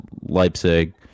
Leipzig